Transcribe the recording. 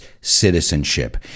citizenship